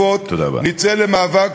-- ביד אחת להנציחו וביד השנייה למוטט יישובים